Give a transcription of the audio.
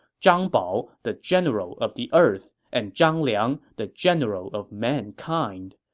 zhang bao the general of the earth, and zhang liang the general of mankind.